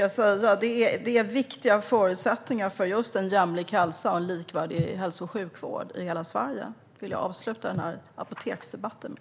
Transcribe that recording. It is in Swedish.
Det är viktiga förutsättningar för en jämlik hälsa och en likvärdig hälso och sjukvård i hela Sverige. Det vill jag avsluta apoteksdebatten med.